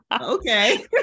Okay